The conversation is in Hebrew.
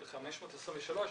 של 523,